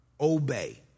Obey